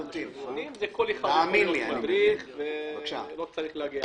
כל אחד יכול להיות מדריך, לא צריך להגיע